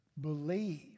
believe